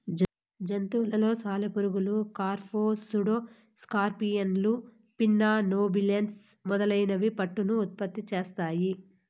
జంతువులలో సాలెపురుగులు, కార్ఫ్, సూడో స్కార్పియన్లు, పిన్నా నోబిలస్ మొదలైనవి పట్టును ఉత్పత్తి చేస్తాయి